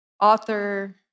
Author